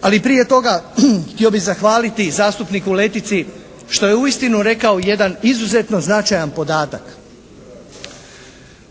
Ali prije toga htio bi zahvaliti zastupniku Letici što je uistinu rekao jedan izuzetno značajan podatak.